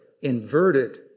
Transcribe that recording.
inverted